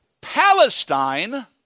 Palestine